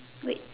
wait